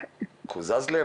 קוזז להם?